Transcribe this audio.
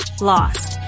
lost